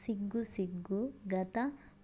సిగ్గు సిగ్గు, గత